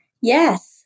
Yes